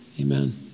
amen